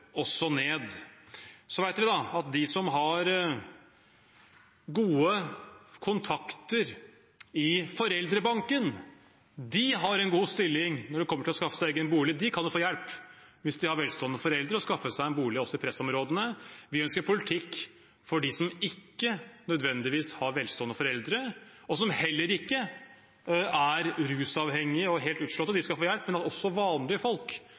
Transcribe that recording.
også ned. Vi vet at de som har gode kontakter i «foreldrebanken», har en god stilling når det kommer til å skaffe seg egen bolig. De kan få hjelp, hvis de har velstående foreldre, og skaffe seg en bolig også i pressområdene. Vi ønsker en politikk for dem som ikke nødvendigvis har velstående foreldre, og som heller ikke er rusavhengige og helt utslåtte – de skal få hjelp – men at også vanlige folk